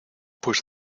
pues